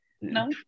No